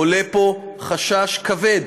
עולה פה חשש כבד